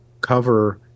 cover